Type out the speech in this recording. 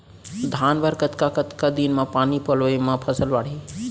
धान बर कतका कतका दिन म पानी पलोय म फसल बाड़ही?